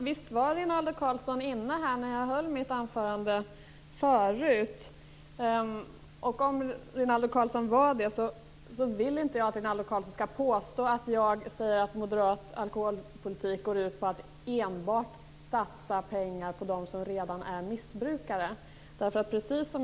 Herr talman! Rinaldo Karlsson var väl närvarande i kammaren när jag höll mitt anförande. Jag vill inte att Rinaldo Karlsson skall påstå att jag säger att moderat alkoholpolitik enbart går ut på att satsa pengar på dem som redan är missbrukare.